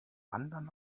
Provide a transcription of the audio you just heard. anderen